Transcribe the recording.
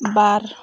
ᱵᱟᱨ